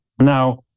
Now